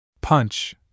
Punch